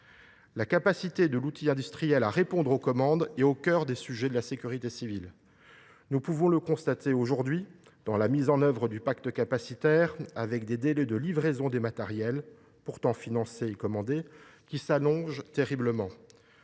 La capacité de l’outil industriel à répondre aux commandes est au cœur des préoccupations de la sécurité civile. Nous pouvons le constater aujourd’hui dans la mise en œuvre du pacte capacitaire avec des délais de livraison des matériels, pourtant financés et commandés, qui s’allongent terriblement.